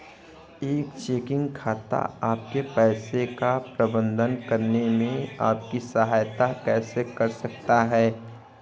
एक चेकिंग खाता आपके पैसे का प्रबंधन करने में आपकी सहायता कैसे कर सकता है?